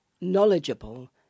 knowledgeable